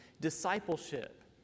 discipleship